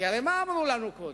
כי הרי מה אמרו לנו קודם?